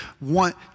want